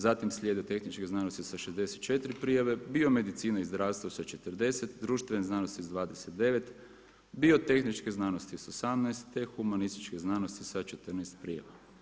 Zatim slijede tehničke znanosti sa 64 prijave, biomedicina i zdravstvo sa 40, društvene znanosti sa 29, biotehničke znanosti sa 18, te humanističke znanosti sa 14 prijava.